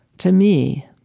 to me,